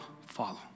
follow